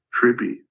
trippy